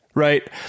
Right